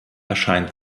erscheint